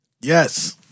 yes